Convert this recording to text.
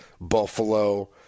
Buffalo